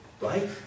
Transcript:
right